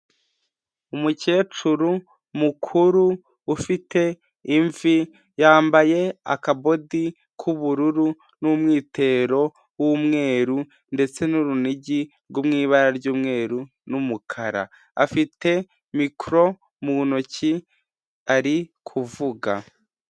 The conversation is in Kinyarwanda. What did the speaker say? Umukecuru mukuru ufite imvi yambaye akabodi k'ubururu n'umwitero w'umweru ndetse n'urunigi rwo mu ibara ry'umweru n'umukara, afite mikoro mu ntoki ari kuvuga.